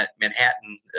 Manhattan